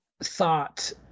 thought